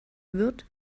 wird